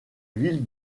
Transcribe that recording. ville